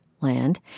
Land